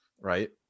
right